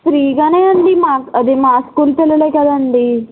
ఫ్రీగానే అండి మా అది మా మా స్కూల్ పిల్లలే కదండీ